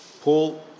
Paul